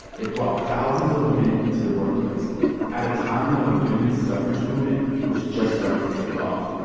it brought thousands of women into the workplace at a time when the women's suffrage movement was just starting to take off.